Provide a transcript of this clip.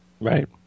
Right